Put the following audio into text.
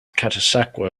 catasauqua